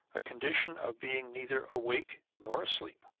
a condition of being neither awake nor asleep.